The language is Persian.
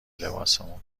لباسمون